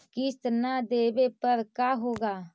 किस्त न देबे पर का होगा?